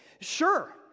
sure